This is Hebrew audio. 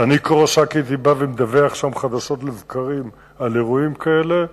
שאני כראשה הייתי בא ומדווח שם חדשות לבקרים על אירועים כאלה,